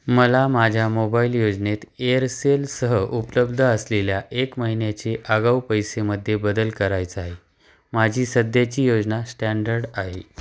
मला माझ्या मोबाईल योजनेत एअरसेलसह उपलब्ध असलेल्या एक महिन्याचे आगाऊ पैसेमध्ये बदल करायचा आहे माझी सध्याची योजना स्टँडर्ड आहे